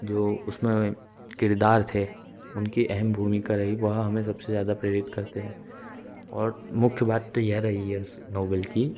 जो उसमें किरदार थे उनकी अहम भूमिका रही वह हमें सबसे ज़्यादा प्रेरित करते हैं और मुख्य बात तो यह रही है उस नोबेल की